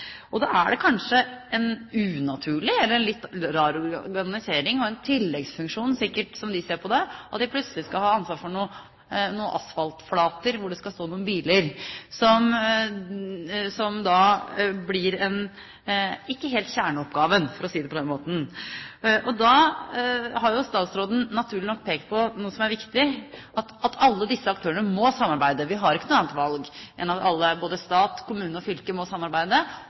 Da er det kanskje en unaturlig eller en litt rar organisering og en tilleggsfunksjon sikkert, som de ser på det, at de plutselig skal ha ansvaret for noen asfaltflater der det skal stå noen biler, som da blir ikke helt kjerneoppgaven, for å si det på den måten. Da har statsråden naturlig nok pekt på noe som er viktig, at alle disse aktørene må samarbeide. Vi har ikke noe annet valg enn at alle, både stat, kommune og fylke, må samarbeide